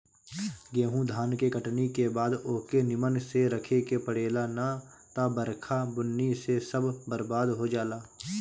गेंहू धान के कटनी के बाद ओके निमन से रखे के पड़ेला ना त बरखा बुन्नी से सब बरबाद हो जाला